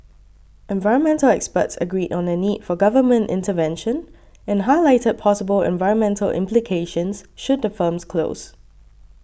environmental experts agreed on the need for government intervention and highlighted possible environmental implications should the firms close